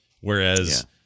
whereas